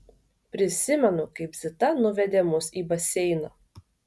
prisimenu kaip zita nuvedė mus į baseiną